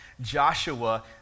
Joshua